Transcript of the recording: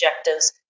objectives